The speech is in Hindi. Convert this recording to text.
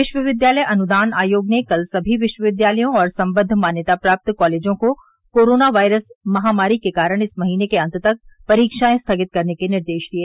विश्वविद्यालय अनुदान आयोग ने कल समी विश्वविद्यालयों और संबद्ध मान्यता प्राप्त कॉलेजों को कोरोना वायरस महामारी के कारण इस महीने के अंत तक परीक्षाएं स्थगित करने के निर्देश दिए